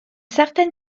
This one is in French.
certaine